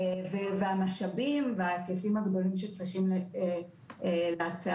המשאבים וההיקפים הגדולים שצריכים להצעה.